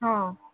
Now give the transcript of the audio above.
ହଁ